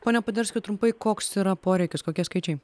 pone poderski trumpai koks yra poreikis kokie skaičiai